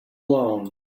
alone